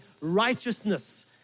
righteousness